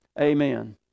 Amen